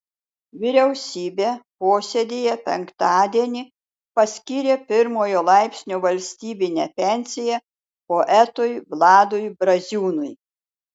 vyriausybė posėdyje penktadienį paskyrė pirmojo laipsnio valstybinę pensiją poetui vladui braziūnui